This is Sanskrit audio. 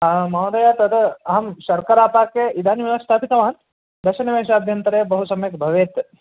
महोदय तद् अहं शर्करापाके इदानीमेव स्थापितवान् दशनिमिषाभ्यन्तरे बहु सम्यक् भवेत्